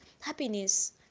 happiness